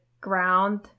ground